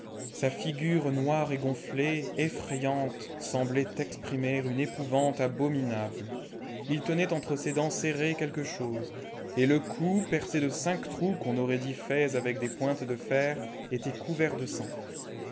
sa figure noire et gonflée effrayante semblait exprimer une épouvante abominable il tenait entre ses dents serrées quelque chose et le cou percé de cinq trous qu'on aurait dits faits avec des pointes de fer était couvert de sang